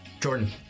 Jordan